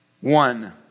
One